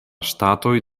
ŝtatoj